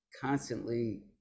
constantly